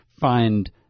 find